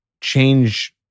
change